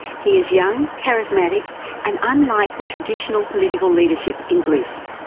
he is young, charismatic and unlike the traditional political leadership in greece.